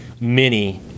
mini